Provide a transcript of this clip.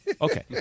Okay